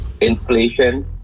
inflation